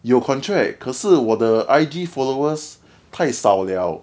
有 contract 可是我的 I_G followers 太少了